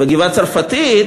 והגבעה-הצרפתית,